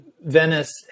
Venice